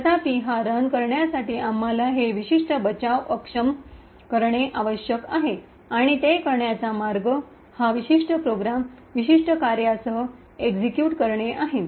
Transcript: तथापि हा रन करण्यासाठी आम्हाला हे विशिष्ट बचाव अक्षम करणे आवश्यक आहे आणि ते करण्याचा मार्ग हा विशिष्ट प्रोग्राम विशिष्ट पर्यायासह एक्सिक्यूट करणे आहे